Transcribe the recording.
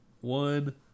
one